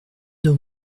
deux